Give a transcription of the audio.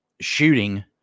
Shooting